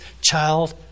child